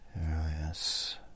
yes